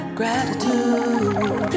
gratitude